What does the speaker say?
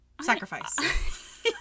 sacrifice